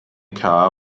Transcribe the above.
car